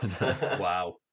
Wow